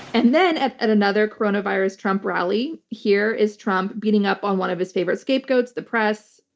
and then at at another coronavirus trump rally, here is trump beating up on one of his favorite scapegoats, the press.